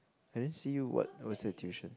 I didn't see you what was the tuition